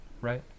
right